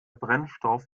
brennstoff